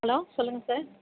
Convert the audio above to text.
hello சொல்லுங்கள் sir